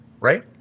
right